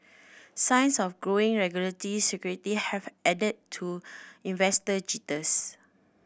signs of growing regulatory scrutiny have added to investor jitters